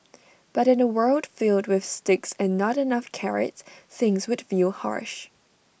but in A world filled with sticks and not enough carrots things would feel harsh